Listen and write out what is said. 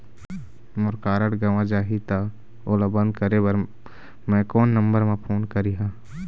मोर card गंवा जाही त ओला बंद करें बर मैं कोन नंबर म फोन करिह?